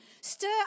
stir